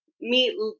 meet